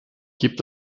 gibt